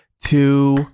two